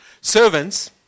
servants